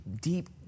deep